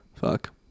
Fuck